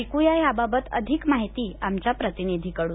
ऐक्या याबाबत अधिक माहिती आमच्या प्रतिनिधीकडून